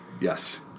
Yes